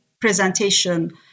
presentation